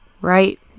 right